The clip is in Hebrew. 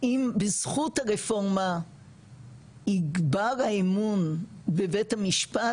אם בזכות הרפורמה יגבר האמון בבית המשפט,